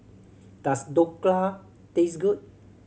does Dhokla taste good